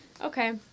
Okay